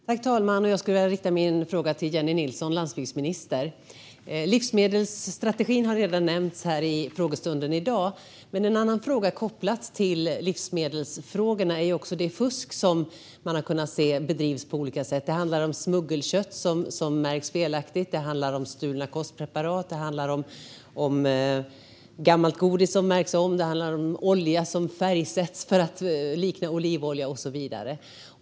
Fru talman! Jag riktar min fråga till landsbygdsminister Jennie Nilsson. Livsmedelsstrategin har redan nämnts under dagens frågestund. Men ett annat område som är kopplat till livsmedelsfrågorna gäller det fusk som bedrivs på olika sätt. Det handlar om smuggelkött som märks felaktigt, stulna kostpreparat, gammalt godis som märks om, olja som färgsätts för att likna olivolja och så vidare.